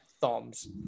thumbs